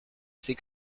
c’est